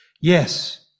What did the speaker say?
Yes